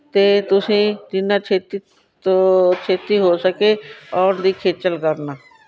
ਅਤੇ ਤੁਸੀਂ ਜਿੰਨਾਂ ਛੇਤੀ ਤੋਂ ਛੇਤੀ ਹੋ ਸਕੇ ਆਉਣ ਦੀ ਖੇਚਲ ਕਰਨਾ